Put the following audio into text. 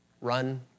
run